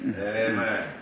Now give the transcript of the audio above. Amen